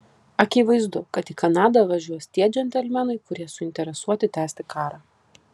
akivaizdu kad į kanadą važiuos tie džentelmenai kurie suinteresuoti tęsti karą